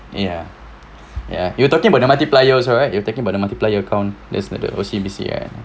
ya you were talking about the multiplier also right you were talking about the multiplier account that's like the O_C_B_C right